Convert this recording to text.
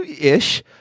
Ish